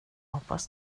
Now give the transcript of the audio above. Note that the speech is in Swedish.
hoppas